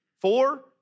Four